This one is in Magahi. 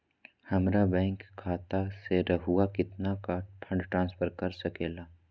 हमरा बैंक खाता से रहुआ कितना का फंड ट्रांसफर कर सके ला?